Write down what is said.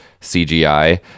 CGI